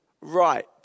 right